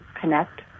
connect